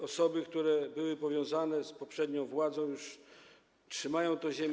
Osoby, które były powiązane z poprzednią władzą, już trzymają tę ziemię.